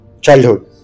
childhood